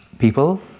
people